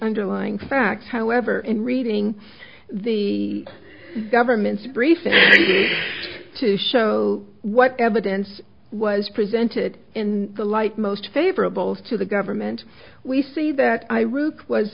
underlying facts however in reading the government's brief to show what evidence was presented in the light most favorable to the government we see that iraq was